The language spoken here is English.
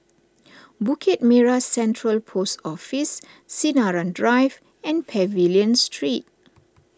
Bukit Merah Central Post Office Sinaran Drive and Pavilion Street